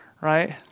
right